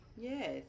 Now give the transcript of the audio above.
Yes